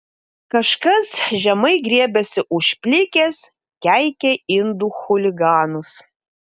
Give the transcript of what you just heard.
kažkas žemai griebiasi už plikės keikia indų chuliganus